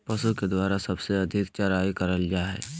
पशु के द्वारा सबसे अधिक चराई करल जा हई